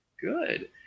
Good